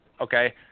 okay